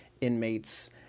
inmates